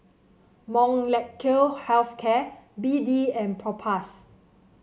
Molnylcke Health Care B D and Propass